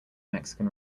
mexican